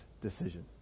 decision